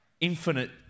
infinite